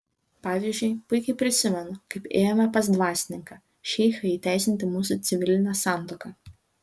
pavyzdžiui puikiai prisimenu kaip ėjome pas dvasininką šeichą įteisinti mūsų civilinę santuoką